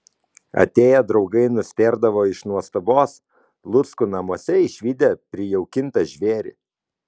atėję draugai nustėrdavo iš nuostabos luckų namuose išvydę prijaukintą žvėrį